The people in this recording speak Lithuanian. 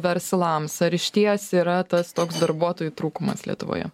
verslams ar išties yra tas toks darbuotojų trūkumas lietuvoje